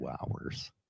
hours